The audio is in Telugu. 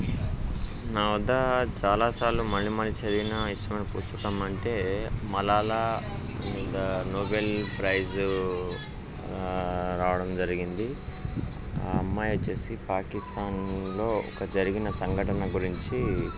నా వద్ద చాలాసార్లు మళ్ళీమళ్ళీ చదివిన ఇష్టమైన పుస్తకం అంటే మలాలా అండ్ నోబెల్ ప్రైజ్ రావడం జరిగింది ఆ అమ్మాయి వచ్చి పాకిస్థాన్లో ఒక జరిగిన సంఘటన గురించి